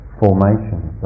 formations